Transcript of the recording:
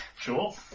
Sure